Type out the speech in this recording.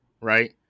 right